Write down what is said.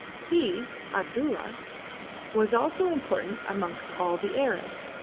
he abdulla was also important amongst all the arabs,